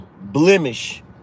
blemish